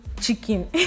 Chicken